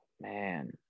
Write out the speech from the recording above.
Man